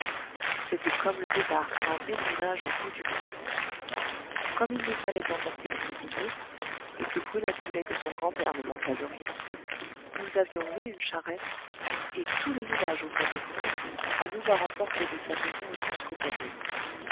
c'était comme le départ pour un pèlerinage au bout du monde comme il nous fallait emporter du mobilier et que brulette voulait que son grand-père ne manquât de rien nous avions loué une charrette et tout le village ouvrait de grands yeux à nous voir emporter de sa maison jusqu'aux paniers